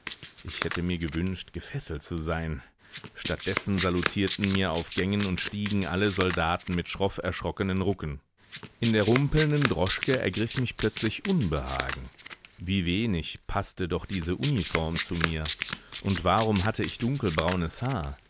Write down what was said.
ich hätte mir gewünscht gefesselt zu sein statt dessen salutierten mir auf gängen und stiegen alle soldaten mit schroff erschrockenen rucken in der rumpelnden droschke ergriff mich plötzlich unbehagen wie wenig paßte doch diese uniform zu mir und warum hatte ich dunkelbraunes haar